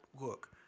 look